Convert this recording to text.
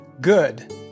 Good